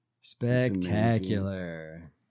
Spectacular